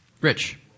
Rich